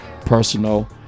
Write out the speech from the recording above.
personal